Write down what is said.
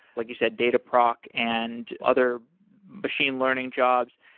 like you said, dataproc and other machine learning jobs.